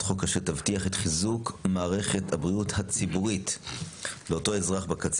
חוק שתבטיח את חיזוק מערכת הבריאות הציבורית לאותו אזרח הקצה